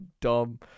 dumb